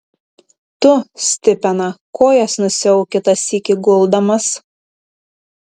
tu stipena kojas nusiauk kitą sykį guldamas